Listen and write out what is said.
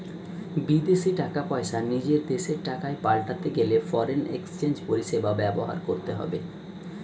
বিদেশী টাকা পয়সা নিজের দেশের টাকায় পাল্টাতে গেলে ফরেন এক্সচেঞ্জ পরিষেবা ব্যবহার করতে হবে